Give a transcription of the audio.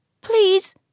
please